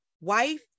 wife